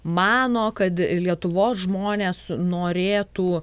mano kad lietuvos žmonės norėtų